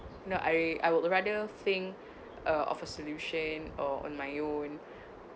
no I I would rather think uh of a solution or on my own